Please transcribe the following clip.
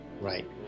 Right